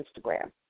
Instagram